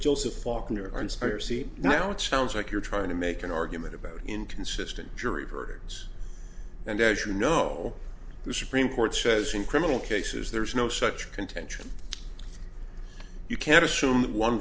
c now it sounds like you're trying to make an argument about inconsistent jury verdicts and as you know the supreme court says in criminal cases there's no such contention you can't assume